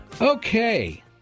okay